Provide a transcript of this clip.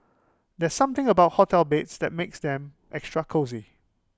there's something about hotel beds that makes them extra cosy